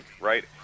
right